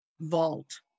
vault